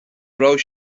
raibh